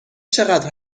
چقدر